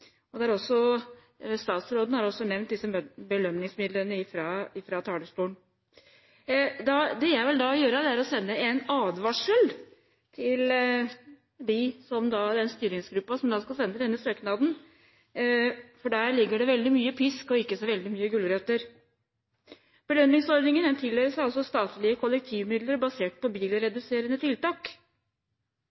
Statsråden har også nevnt belønningsmidlene fra talerstolen. Det jeg da vil gjøre, er å sende en advarsel til den styringsgruppen som skal sende denne søknaden, for der ligger det veldig mye pisk og ikke så veldig mye gulrøtter. Belønningsordningen tildeler altså statlige kollektivmidler basert på bilreduserende tiltak.